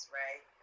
right